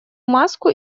маску